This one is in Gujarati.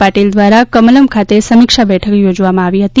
પાટીલ દ્વારા કમલમ ખાતે સમીક્ષા બેઠક ચોજવામાં આવી હતી